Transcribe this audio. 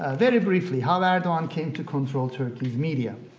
ah very briefly, how erdogan came to control turkey's media.